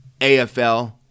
AFL